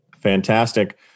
Fantastic